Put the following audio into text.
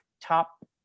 top